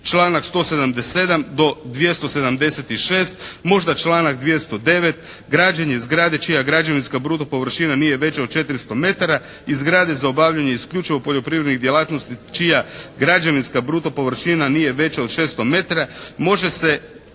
Članak 177. do 276. Možda članak 209. građenje zgrade čija građevinska bruto površina nije veća od 400 metara i zgrade za obavljanje isključivo poljoprivrednih djelatnosti čija građevinska bruto površina nije veća od 600 metara može se